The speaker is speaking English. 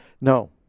No